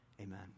Amen